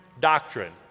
doctrine